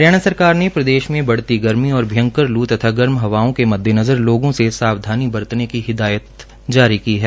हरियाणा सरकार ने प्रदेश में बढती गर्मी और भयंकर लू तथा गर्म हवाओं के मददेनजर लोगों से सावधानी बरतने की हिदायत जारी की है